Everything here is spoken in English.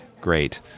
Great